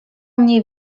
mnie